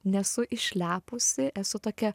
nesu išlepusi esu tokia